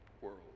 world